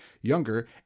younger